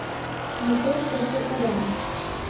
मटर कैसे उगाएं?